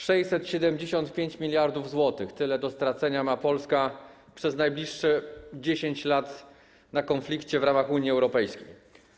675 mld zł - tyle do stracenia ma Polska przez najbliższe 10 lat na konflikcie w ramach Unii Europejskiej.